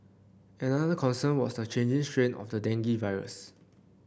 another concern was the changing strain of the dengue virus